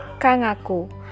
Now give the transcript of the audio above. Kangaku